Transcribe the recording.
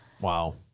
Wow